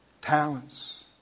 talents